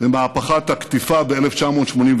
במהפכת הקטיפה ב-1989.